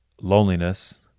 loneliness